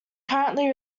currently